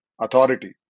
authority